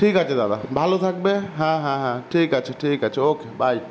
ঠিক আছে দাদা ভালো থাকবে হ্যাঁ হ্যাঁ হ্যাঁ ঠিক আছে ঠিক আছে ওকে বাই